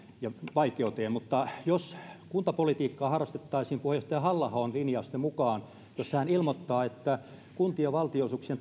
vaikeuteen mutta jos kuntapolitiikkaa harrastettaisiin puheenjohtaja halla ahon linjausten mukaan joissa hän ilmoittaa että kuntien valtionosuuksien